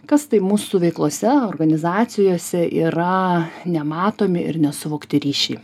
kas tai mūsų veiklose organizacijose yra nematomi ir nesuvokti ryšiai